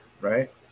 right